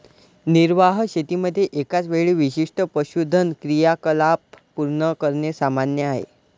निर्वाह शेतीमध्ये एकाच वेळी विशिष्ट पशुधन क्रियाकलाप पूर्ण करणे सामान्य आहे